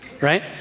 right